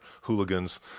hooligans